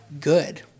good